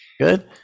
good